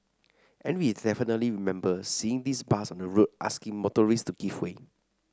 and we definitely remember seeing this bus on the road asking motorists to give way